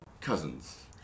Cousins